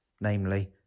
namely